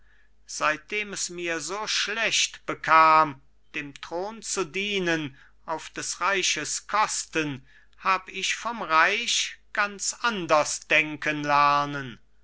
seitdem es mir so schlecht bekam dem thron zu dienen auf des reiches kosten hab ich vom reich ganz anders denken lernen